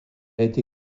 été